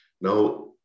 Now